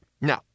no